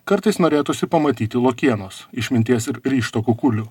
kartais norėtųsi pamatyti lokienos išminties ir ryžto kukulių